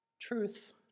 Truth